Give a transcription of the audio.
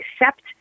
accept